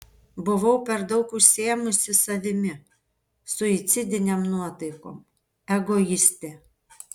buvau per daug užsiėmusi savimi suicidinėm nuotaikom egoistė